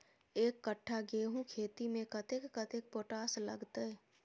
एक कट्ठा गेंहूँ खेती मे कतेक कतेक पोटाश लागतै?